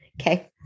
Okay